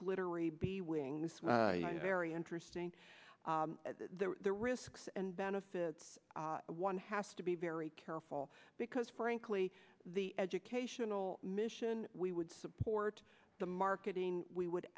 glittery baby wings very interesting the risks and benefits one has to be very careful because frankly the educational mission we would support the marketing we would